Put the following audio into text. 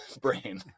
brain